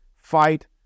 fight